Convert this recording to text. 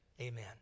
Amen